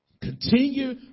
Continue